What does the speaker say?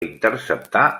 interceptar